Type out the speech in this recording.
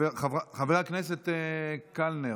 חבר הכנסת קלנר,